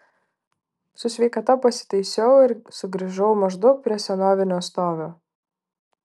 su sveikata pasitaisiau ir sugrįžau maždaug prie senovinio stovio